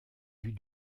vue